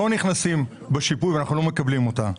לא נכנסים בשיפוי ואנחנו לא מקבלים אותם.